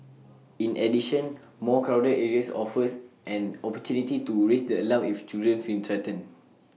in addition more crowded areas offers an opportunity to raise the alarm if children feel threatened